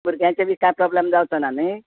भुरग्यांचे बी कांय प्रोबलम जावंचो ना न्हय